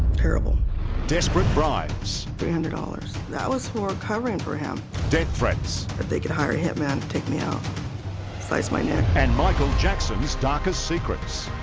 terrible desperate bribes three hundred dollars that was for covering for him dead frets if they could hire a hitman to take me out slice my hair and michael jackson's darkest secrets.